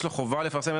יש לו חובה לפרסם,